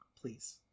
Please